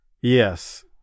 Yes